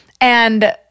and-